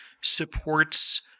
supports